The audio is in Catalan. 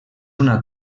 una